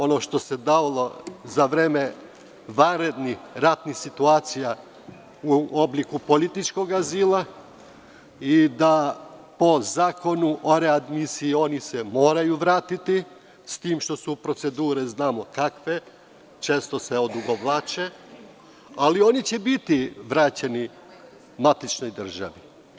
Ono što se davalo za vreme vanrednih ratnih situacija u obliku političkog azila, po Zakonu o readmisiji, oni se moraju vratiti, s tim što su procedure znamo kakve, često se odugovlače, ali oni će biti vraćeni matičnoj državi.